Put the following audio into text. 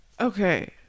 Okay